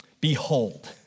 behold